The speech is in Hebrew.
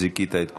זיכית את כולם.